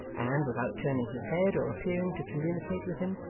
and, without turning his head or appearing to communicate with him,